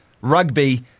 rugby